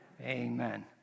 Amen